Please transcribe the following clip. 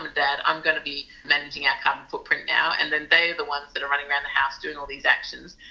and dad, i'm going to be managing our carbon footprint now and then they are the ones that are running around the house doing all these actions.